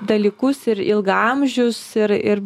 dalykus ir ilgaamžius ir ir